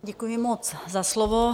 Děkuji moc za slovo.